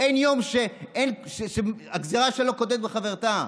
אין יום בלי גזרה שקודמת לחברתה.